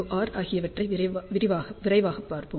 R ஆகியவற்றை விரைவாகப் பார்ப்போம்